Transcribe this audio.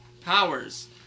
powers